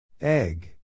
Egg